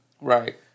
Right